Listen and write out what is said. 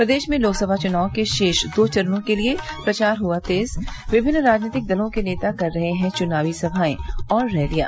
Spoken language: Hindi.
प्रदेश में लोकसभा चुनाव के शेष दो चरणों के लिये प्रचार हुआ तेज विभिन्न राजनीतिक दलों के नेता कर रहे हैं चुनावी सभाएं और रैलियां